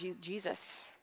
Jesus